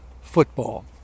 football